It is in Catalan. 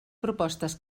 propostes